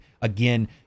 again